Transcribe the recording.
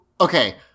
okay